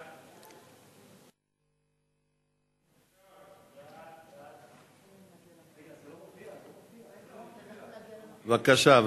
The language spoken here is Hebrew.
בבקשה,